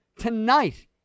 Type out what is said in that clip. Tonight